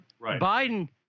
Biden